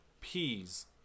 Peas